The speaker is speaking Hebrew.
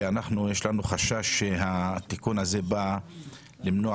שיש לנו חשש שהתיקון הזה בא למנוע